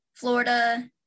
Florida